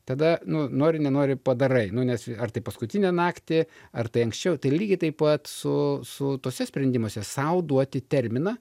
tada nu nori nenori padarai nu nes ar tai paskutinę naktį ar tai anksčiau tai lygiai taip pat su su tuose sprendimuose sau duoti terminą